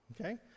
Okay